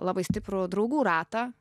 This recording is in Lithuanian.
labai stiprų draugų ratą